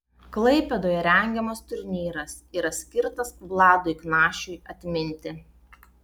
klaipėdoje rengiamas turnyras yra skirtas vladui knašiui atminti